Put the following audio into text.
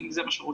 אם זה משמעותי.